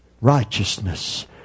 righteousness